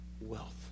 wealth